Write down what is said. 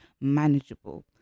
manageable